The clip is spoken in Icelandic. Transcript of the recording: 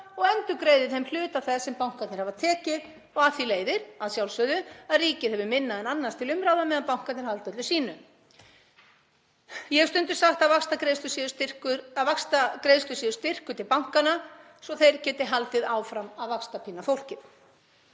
og endurgreiðir þeim hluta þess sem bankarnir hafa tekið og af því leiðir, að sjálfsögðu, að ríkið hefur minna en annars til umráða á meðan bankarnir halda öllu sínu. Ég hef stundum sagt að vaxtagreiðslur séu styrkur til bankanna svo þeir geti haldið áfram að vaxtapína fólkið.